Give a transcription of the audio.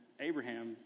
Abraham